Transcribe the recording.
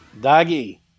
Doggy